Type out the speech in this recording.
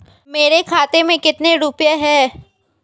मेरे खाते में कितने रुपये हैं?